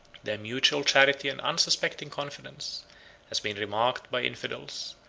their mutual charity and unsuspecting confidence has been remarked by infidels,